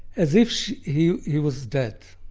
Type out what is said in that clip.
as if he he was dead.